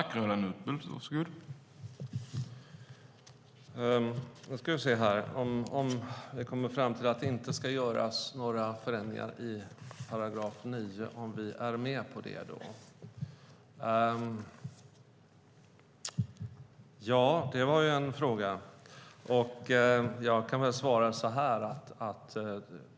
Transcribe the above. Herr talman! Om man kommer fram till att det inte ska göras några förändringar i § 9, är vi då med på det? Det var också en fråga.